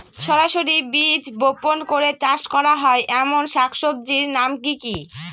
সরাসরি বীজ বপন করে চাষ করা হয় এমন শাকসবজির নাম কি কী?